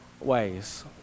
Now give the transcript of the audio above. ways